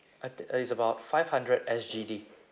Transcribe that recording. I thi~ uh it's about five hundred S_G_D